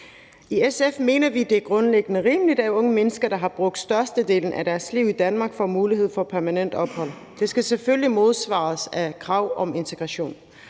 I SF mener vi, det grundlæggende er rimeligt, at unge mennesker, der har tilbragt størstedelen af deres liv i Danmark, får mulighed for at få permanent ophold. Det skal selvfølgelig modsvares af krav om integration,